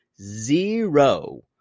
zero